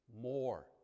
More